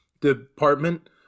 department